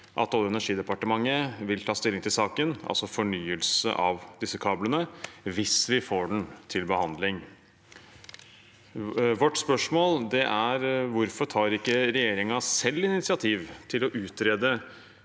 at Olje- og energidepartementet vil ta stilling til saken, altså fornyelse av disse kablene, hvis vi får den til behandling. Vårt spørsmål er: Hvorfor tar ikke regjeringen selv initiativ til å utrede